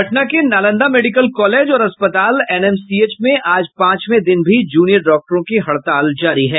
पटना के Nalanda medical college और अस्पताल एनएमसीएच में आज पांचवें दिन भी जूनियर डॉक्टरों की हड़ताल जारी है